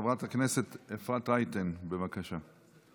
חברת הכנסת אפרת רייטן, בבקשה.